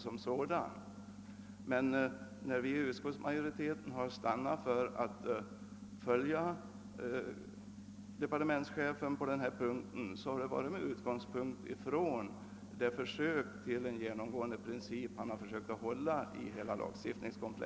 När vi inom utskottsmajoriteten har stannat för att följa departementschefens förslag på denna punkt är det av hänsyn till att han i hela lagstiftningskomplexet har försökt följa den princip jag relaterade i mitt förra anförande.